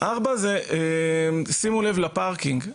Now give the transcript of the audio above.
שימו לב לפארקינג.